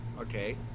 Okay